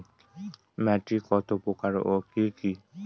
মাটি কতপ্রকার ও কি কী?